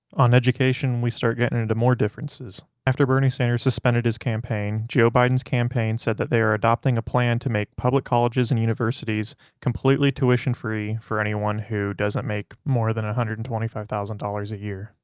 on education we start getting into more differences, after bernie sanders suspended his campaign, joe biden's campaign said that they are adopting a plan to make public colleges and universities completely tuition free for anyone who doesn't make more than a hundred and twenty five thousand dollars a year.